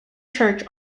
church